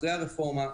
אחרי הרפורמה.